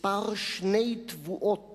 מספר שני תבואות